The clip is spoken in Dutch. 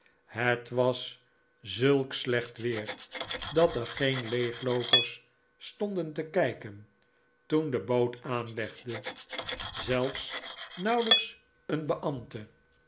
het was zulk slecht weer dat er geen leegloopers stonden te kijken toen de boot aanlegde zelfs nauwelijks een